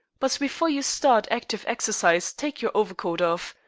but before you start active exercise take your overcoat off.